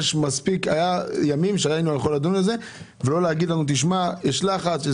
היו מספיק ימים שיכולנו לדון בזה ולא להגיד לנו: יש לחץ,